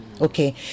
Okay